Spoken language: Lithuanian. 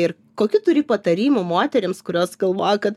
ir kokių turi patarimų moterims kurios galvoja kad